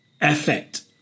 effect